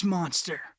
Monster